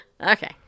Okay